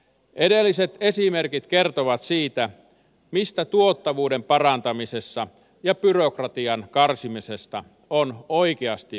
edelliset esimerkit kertovat siitä mistä tuottavuuden parantamisessa ja byrokratian karsimisessa on oikeasti kyse